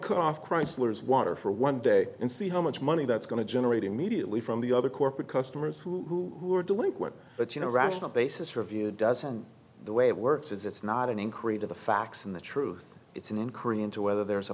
cut off chrysler's water for one day and see how much money that's going to generate immediately from the other corporate customers who are delinquent but you know rational basis for view doesn't the way it works is it's not an increase to the facts and the truth it's encouraging to whether there's a